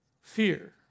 Fear